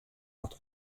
oft